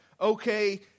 okay